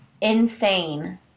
insane